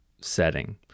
setting